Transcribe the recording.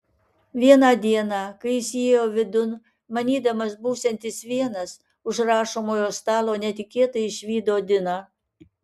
vieną dieną kai jis įėjo vidun manydamas būsiantis vienas už rašomojo stalo netikėtai išvydo diną